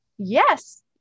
Yes